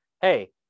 Hey